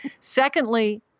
Secondly